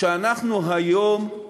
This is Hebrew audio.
שאנחנו היום,